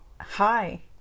Hi